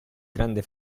grande